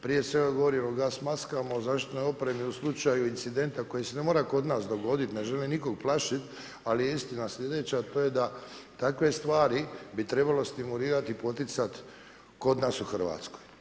Prije sam ja govorio o gas-maskama, o zaštitnoj opremi u slučaju incidenta koji se ne mora kod nas dogoditi, ne želim nikog plašit, ali je istina slijedeća, a to je da takve stvari bi trebalo stimulirati i poticat kod nas u RH.